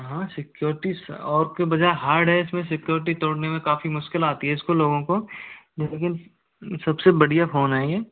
हाँ security off की वजह हार्ड है इसमें सिक्योरिटी तोड़ने में काफ़ी मुश्किल आती है इसमें लोगों को लेकिन सबसे बढ़िया फोन है ये